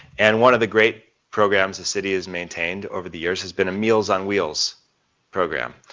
and one of the great programs the city has maintained over the years has been a meals on wheels program.